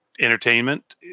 entertainment